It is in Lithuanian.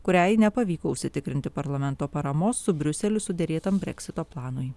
kuriai nepavyko užsitikrinti parlamento paramos su briuseliu suderėtam breksito planui